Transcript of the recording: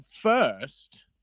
first